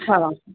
हा